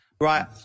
Right